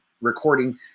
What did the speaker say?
recording